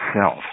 self